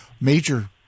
major